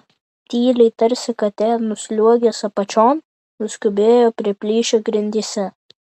tyliai tarsi katė nusliuogęs apačion nuskubėjo prie plyšio grindyse